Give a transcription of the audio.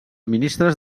ministres